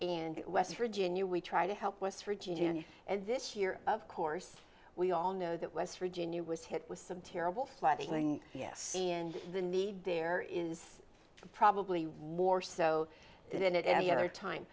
and west virginia we try to help west virginia and this year of course we all know that west virginia was hit with some terrible flooding yes and the need there is probably one or so that in any other time